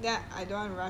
oh